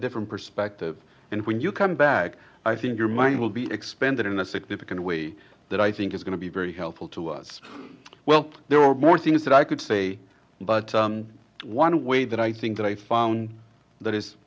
different perspective and when you come back i think your mind will be expanded in a significant way that i think is going to be very helpful to us well there are more things that i could say but one way that i think that i found that i